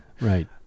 Right